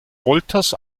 wolters